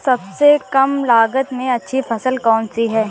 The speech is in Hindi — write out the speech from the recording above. सबसे कम लागत में अच्छी फसल कौन सी है?